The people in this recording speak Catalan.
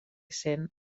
sent